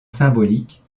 symbolique